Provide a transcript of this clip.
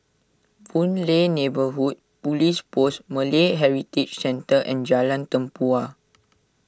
Boon Lay Neighbourhood Police Post Malay Heritage Centre and Jalan Tempua